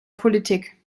politik